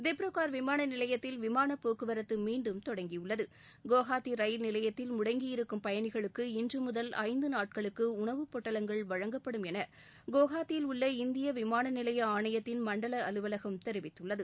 திப்ருகட் விமான நிலையத்தில் விமானப் போக்குவரத்து மீண்டும் தொடங்கியுள்ளது குவஹாத்தி ரயில் நிலையத்தில் முடங்கியிருக்கும் பயணிகளுக்கு இன்று முதல் ஐந்து நாட்களுக்கு உணவுப் பொட்டலங்கள் வழங்கப்படும் என குவஹாத்தியில் உள்ள இந்திய விமாள நிலைய ஆணையத்தின் மண்டல அலுவலகம் தெரிவித்துள்ளது